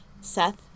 Seth